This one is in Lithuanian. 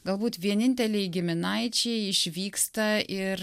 galbūt vieninteliai giminaičiai išvyksta ir